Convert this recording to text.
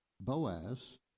Boaz